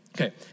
Okay